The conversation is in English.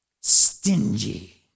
Stingy